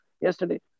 Yesterday